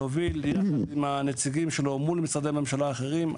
להוביל יחד עם הנציגים שלו מול משרדי ממשלה אחרים,